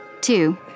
Two